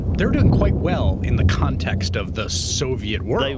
they're doing quite well in the context of the soviet war.